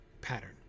pattern